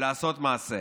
ולעשות מעשה.